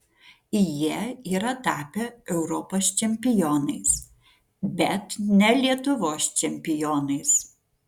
jie yra tapę europos čempionais bet ne lietuvos čempionais